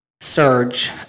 surge